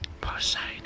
poseidon